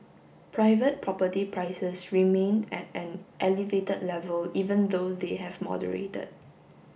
private property prices remained at an elevated level even though they have moderated